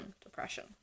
depression